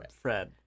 Fred